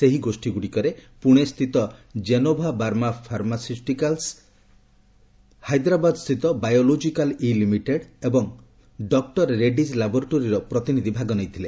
ସେହି ଗୋଷ୍ଠୀଗୁଡ଼ିକରେ ପୁଣେ ସ୍ଥିତ ଜେନୋଭା ବାୟୋଫାର୍ମାସ୍ୟୁଟିକାଲ୍ସ ହାଇଦ୍ରାବାଦ ସ୍ଥିତ ବାୟୋଲୋଜିକାଲ୍ ଇ ଲିମିଟେଡ୍ ଏବଂ ଡକୁର ରେଡ୍ଡିଜ୍ ଲାବରେଟୋରିର ପ୍ରତିନିଧି ଭାଗ ନେଇଥିଲେ